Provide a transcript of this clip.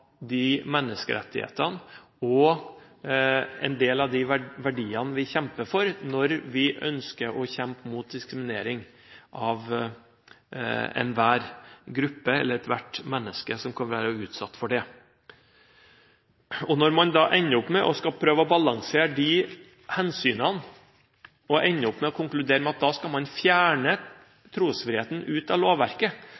de menneskerettighetene og de verdiene vi kjemper for når vi ønsker å kjempe mot diskriminering av enhver gruppe eller ethvert menneske som kan være utsatt for det. Når man så ender opp med å prøve å balansere de hensynene ved å ta trosfriheten ut av lovverket, slik at man